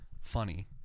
Funny